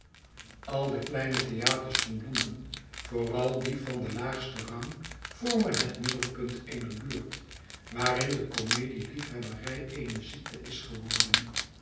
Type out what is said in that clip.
al de kleine theaters van londen vooral die van den laagsteh rang vormen net mid delpunt eener buurt waarin de komedie liefhebbery eene ziekte is geworden